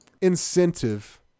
incentive